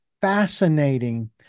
fascinating